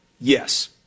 yes